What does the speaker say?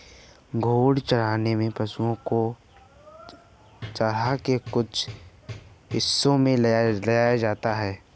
घूर्णी चराई में पशुओ को चरगाह के कुछ हिस्सों में ले जाया जाता है